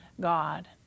God